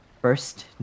First